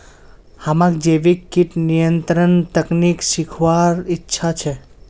हमाक जैविक कीट नियंत्रण तकनीक सीखवार इच्छा छ